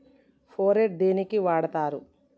Phorate దేనికి వాడుతరు?